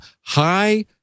High